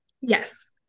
Yes